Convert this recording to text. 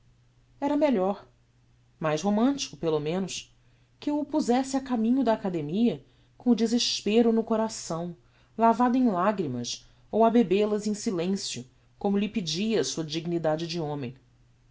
era melhor mais romantico pelo menos que eu o puzesse a caminho da academia com o desespero no coração lavado em lagrimas ou a bebel as em silencio como lhe pedia a sua dignidade de homem